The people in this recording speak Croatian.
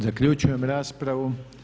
Zaključujem raspravu.